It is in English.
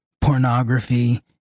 pornography